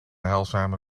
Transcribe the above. heilzame